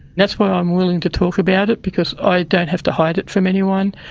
that's why i'm willing to talk about it, because i don't have to hide it from anyone,